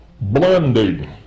blending